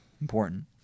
Important